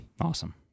Awesome